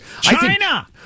China